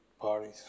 parties